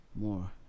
more